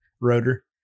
rotor